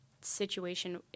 situation